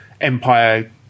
empire